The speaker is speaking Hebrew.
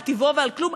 על טיבו ועל כלום,